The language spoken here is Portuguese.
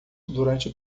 durante